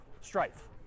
strife